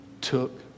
took